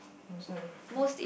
oh sorry cup